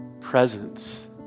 presence